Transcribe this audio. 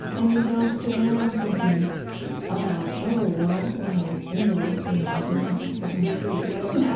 and you don't sit around thinking about, oh, well, when i was single, you know, i didn't have to pick up my shoes or whatever.